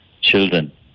children